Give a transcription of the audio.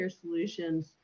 Solutions